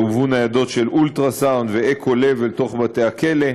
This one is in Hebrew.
הובאו ניידות של אולטרסאונד ואקו-לב אל תוך בתי-הכלא.